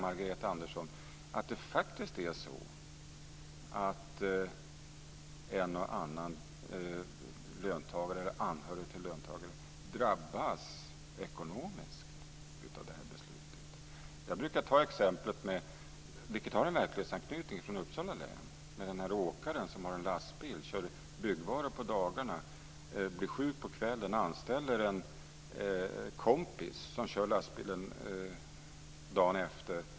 Lagstiftningen kan faktiskt innebära att en och annan löntagare, eller anhörig till löntagare, drabbas ekonomiskt av det här beslutet, Marianne Andersson. Jag brukar ta ett exempel från Uppsala län som har en verklighetsanknytning. Det gäller en åkare som har en lastbil och kör byggvaror på dagarna. Han blir sjuk på kvällen och anställer en kompis som kör lastbilen dagen efter.